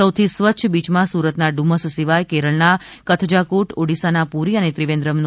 સૌથી સ્વચ્છ બીચમાં સુરતના ડુમસ સિવાય કેરળના કથઝાકુટઓડિસ્સાના પુરી અને ત્રિવેન્દ્રમ સામેલ છે